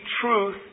truth